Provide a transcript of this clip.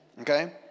Okay